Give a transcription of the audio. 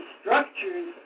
structures